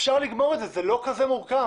אפשר לסיים את זה, זה לא כזה מורכב.